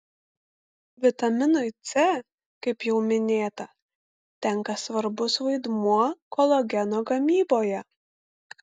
vitaminui c kaip jau minėta tenka svarbus vaidmuo kolageno gamyboje